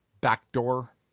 backdoor